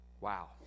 Wow